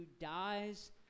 dies